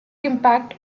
impact